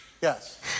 Yes